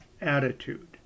attitude